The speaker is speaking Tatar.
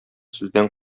сүздән